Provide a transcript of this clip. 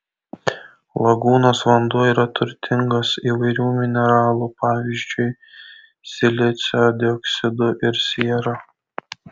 lagūnos vanduo yra turtingas įvairių mineralų pavyzdžiui silicio dioksidu ir siera